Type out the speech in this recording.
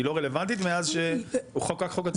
היא לא רלוונטית מאז שחוקק חוק הטרור?